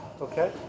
Okay